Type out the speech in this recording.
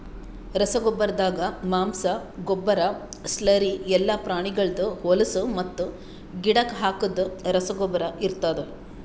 ರಸಗೊಬ್ಬರ್ದಾಗ ಮಾಂಸ, ಗೊಬ್ಬರ, ಸ್ಲರಿ ಎಲ್ಲಾ ಪ್ರಾಣಿಗಳ್ದ್ ಹೊಲುಸು ಮತ್ತು ಗಿಡಕ್ ಹಾಕದ್ ರಸಗೊಬ್ಬರ ಇರ್ತಾದ್